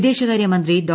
വിദ്ദേശകാര്യമന്ത്രി ഡോ